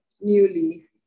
newly